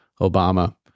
Obama